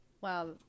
Wow